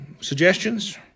suggestions